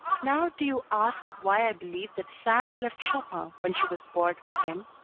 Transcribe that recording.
now do you ask why i believe that sand left chopin when she was bored with him?